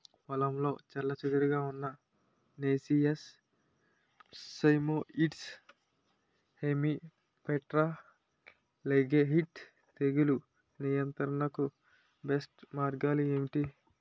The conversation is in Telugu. పొలంలో చెల్లాచెదురుగా ఉన్న నైసియస్ సైమోయిడ్స్ హెమిప్టెరా లైగేయిడే తెగులు నియంత్రణకు బెస్ట్ మార్గాలు ఏమిటి?